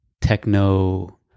techno